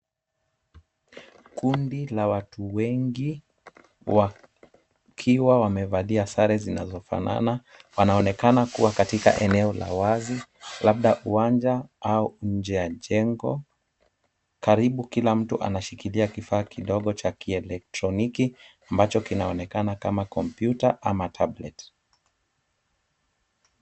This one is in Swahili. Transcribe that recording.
Kundi la watu wengi wakiwa wamevalia sare zinazofanana, wanaonekana kuwa katika eneo la wazi, labda uwanja au nje ya jengo. Karibu kila mtu anashikilia kifaa kidogo cha kielektroniki, ambacho kinaonekana kama kompyuta ama tablet .